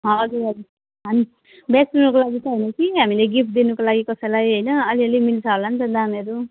हजुर हजुर हामी बेच्नुको लागि चाहिँ होइन कि हामीले गिफ्ट दिनुको लागि कसैलाई होइन अलिअलि मिल्छ होला नि त दामहरू